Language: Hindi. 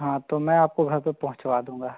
हाँ तो मैं आपके घर पर पहुंचा दूँगा